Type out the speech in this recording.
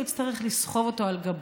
יצטרך לסחוב אותו על גבו.